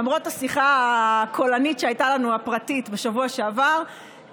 למרות השיחה הקולנית הפרטית שהייתה לנו בשבוע שעבר,